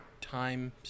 time